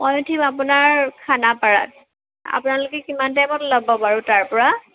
মই উঠিম আপোনাৰ খানাপাৰাত আপোনালোকে কিমান টাইমত ওলাব বাৰু তাৰপৰা